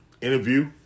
interview